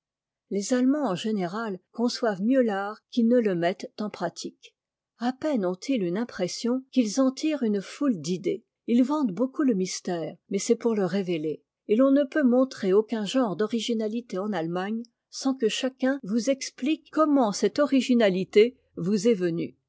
les allemands en général conçoivent mieux l'art qu'ils ne le mettent en pratique à peine ontils une impression qu'ils en tirent une foule d'idées ils vantent beaucoup le mystère mais c'est pour le révéler et l'on ne peut montrer aucun genre d'originalité en allemagne sans que chacun vous explique comment cette originalité vous est venue